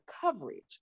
coverage